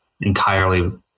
entirely